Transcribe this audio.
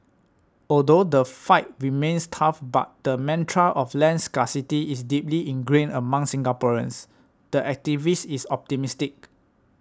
although the fight remains tough because the mantra of land scarcity is deeply ingrained among Singaporeans the activist is optimistic